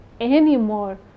anymore